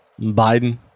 Biden